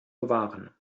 bewahren